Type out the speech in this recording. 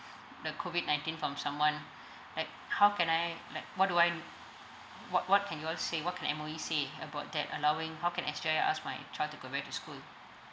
the COVID nineteen from someone right how can I like what do I what what can you all say what can M_O_E say about that allowing how can I actually ask my child to go back to school